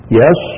yes